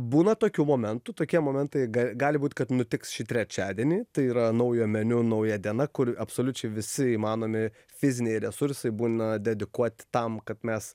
būna tokių momentų tokie momentai ga gali būt kad nutiks šį trečiadienį tai yra naujo meniu nauja diena kur absoliučiai visi įmanomi fiziniai resursai būna dedikuoti tam kad mes